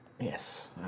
Yes